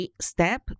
step